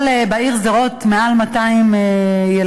בעיר שדרות ליותר מ-200 ילדים,